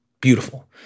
beautiful